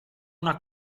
una